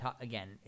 again